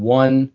one